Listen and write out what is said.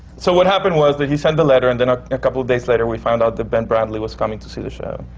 so what happened was that he sent a letter and then ah a couple of days later, we found out that ben brantley was coming to see the show.